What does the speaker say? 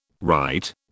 Right